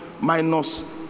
minus